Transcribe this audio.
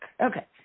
Okay